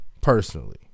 Personally